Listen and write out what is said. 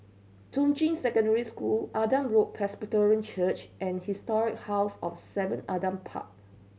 Juying Secondary School Adam Road Presbyterian Church and Historic House of Seven Adam Park